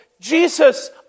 Jesus